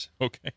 Okay